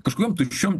kažkokiom tuščiom